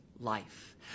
life